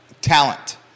talent